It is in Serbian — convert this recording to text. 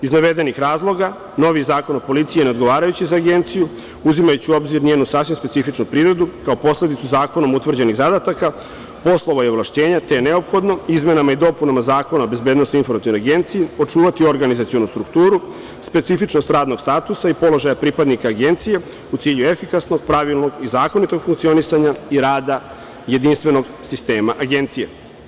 Iz navedenih razloga novi Zakon o policiji je odgovarajući za Agenciju, uzimajući u obzir njenu sasvim specifičnu prirodu kao posledicu zakonom utvrđenih zadataka, poslova i ovlašćenja te je neophodno izmenama i dopunama Zakona o BIA očuvati organizacionu strukturu, specifičnost radnog statusa i položaja pripadnika Agencije u cilju efikasnog, pravilnog i zakonitog funkcionisanja i rada jedinstvenog sistema Agencije.